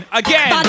again